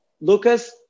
Lucas